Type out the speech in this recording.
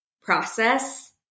process